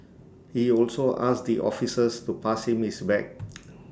he also asked the officers to pass him his bag